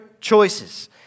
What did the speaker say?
choices